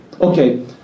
Okay